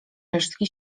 resztki